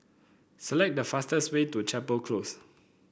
select the fastest way to Chapel Close